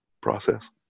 process